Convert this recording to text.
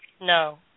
No